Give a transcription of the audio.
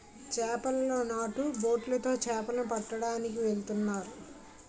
చేపలోలు నాటు బొట్లు తో చేపల ను పట్టడానికి ఎల్తన్నారు